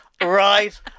right